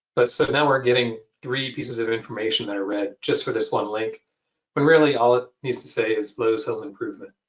but so now, we're getting three pieces of information that are read just for this one link when really, all it needs to say is lowe's home improvement.